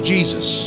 Jesus